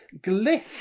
Glyph